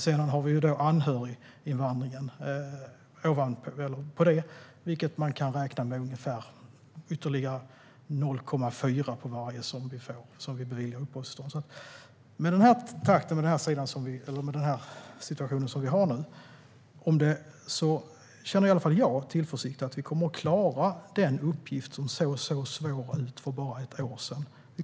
Sedan tillkommer anhöriginvandringen, och där kan vi räkna med ytterligare 0,4 personer på var och en som beviljas uppehållstillstånd. Med den här takten och den situation som vi har känner jag tillförsikt inför att vi kommer att klara den uppgift som såg så svår ut för bara ett år sedan.